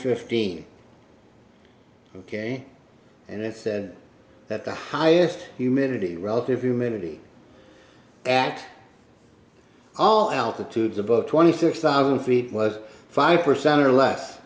fifteen ok and it said that the highest humidity relative humidity at all altitudes above twenty six thousand feet was five percent or less